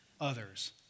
others